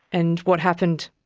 and what happened?